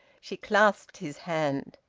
she clasped his hand.